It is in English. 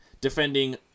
defending